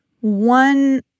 One